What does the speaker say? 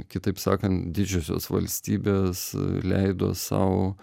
kitaip sakant didžiosios valstybės leido sau